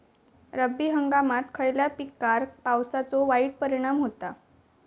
रब्बी हंगामात खयल्या पिकार पावसाचो वाईट परिणाम होता?